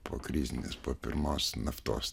po krizinės po pirmos naftos